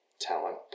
talent